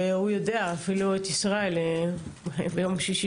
אפילו עם ישראל דיברתי ביום שישי,